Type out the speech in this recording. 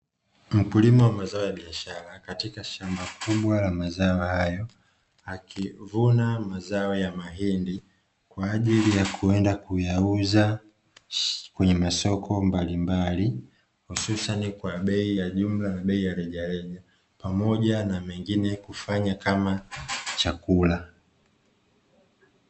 Mkulima wa mazao ya biashara katika shamba kubwa la mazao hayo akivuna mazao ya mahindi kwa ajili ya kwenda kuyauza kwenye masoko mbalimbali hususani kwa bei ya jumla na bei ya rejareja pamoja na mengine kufanya kama chakula.